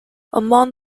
among